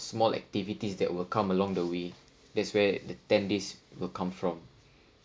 small activities that will come along the way that's where the ten days will come from